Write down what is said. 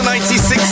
96